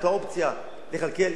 אין האופציה להתקיים,